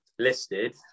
Listed